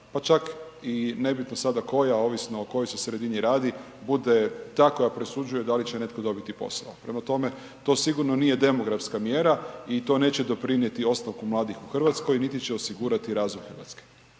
pa čak i nebitno sada koja, ovisno o kojoj sredini se radi, bude ta koja presuđuje da li će netko dobiti posao. Prema tome, to sigurno nije demografska mjera i to neće doprinjeti ostanku mladih u RH, niti će osigurati razvoj RH.